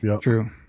True